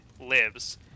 lives